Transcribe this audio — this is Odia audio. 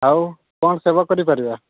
ଆଉ କ'ଣ ସେବା କରିପାରିବା